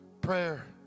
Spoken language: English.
Prayer